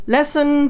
Lesson